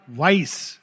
vice